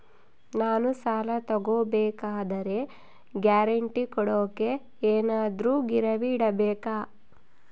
ನಾನು ಸಾಲ ತಗೋಬೇಕಾದರೆ ಗ್ಯಾರಂಟಿ ಕೊಡೋಕೆ ಏನಾದ್ರೂ ಗಿರಿವಿ ಇಡಬೇಕಾ?